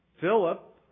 Philip